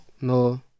no